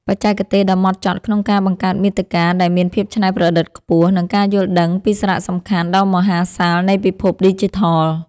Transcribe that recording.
បច្ចេកទេសដ៏ម៉ត់ចត់ក្នុងការបង្កើតមាតិកាដែលមានភាពច្នៃប្រឌិតខ្ពស់ និងការយល់ដឹងពីសារៈសំខាន់ដ៏មហាសាលនៃពិភពឌីជីថល។